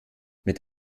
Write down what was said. mit